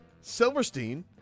Silverstein